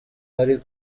iri